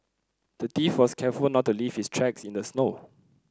the thief was careful not to leave his tracks in the snow